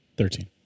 Thirteen